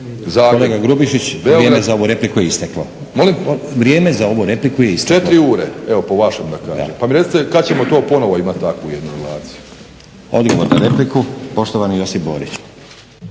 Kolega Grubišić, vrijeme za ovu repliku je isteklo. **Grubišić, Boro (HDSSB)** Četiri ure evo po vašem da kažem, pa mi recite kad ćemo to ponovo imat takvu jednu relaciju. **Stazić, Nenad (SDP)** Odgovor na repliku, poštovani Josip Borić.